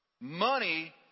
money